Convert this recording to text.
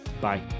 bye